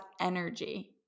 energy